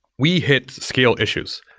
we hit scale issues.